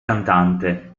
cantante